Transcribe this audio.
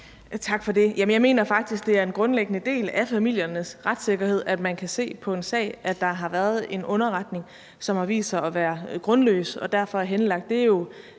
Tak for det. Jamen jeg mener faktisk, at det er en grundlæggende del af familiernes retssikkerhed, at man kan se på en sag, at der har været en underretning, som har vist sig at være grundløs og derfor er henlagt.